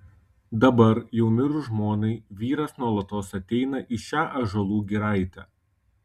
dabar jau mirus žmonai vyras nuolatos ateina į šią ąžuolų giraitę